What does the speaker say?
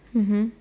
mmhmm